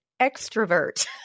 extrovert